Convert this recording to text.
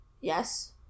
Yes